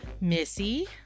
Missy